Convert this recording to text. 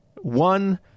one